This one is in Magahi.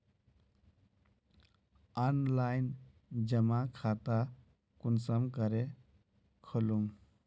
ऑनलाइन जमा खाता कुंसम करे खोलूम?